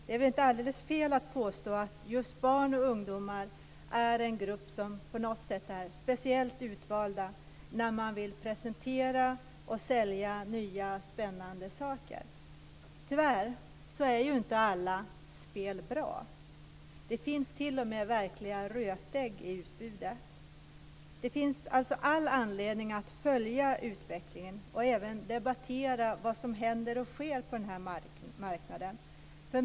Det är väl inte alldeles fel att påstå att just barn och ungdomar är en grupp som på något sätt är speciellt utvald när man vill presentera och sälja nya spännande saker. Tyvärr är inte alla spel bra. Det finns t.o.m. verkliga rötägg i utbudet. Det finns alltså all anledning att följa utvecklingen och även debattera vad som händer och sker på den här marknaden.